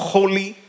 Holy